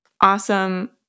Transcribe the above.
awesome